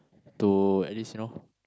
to at least you know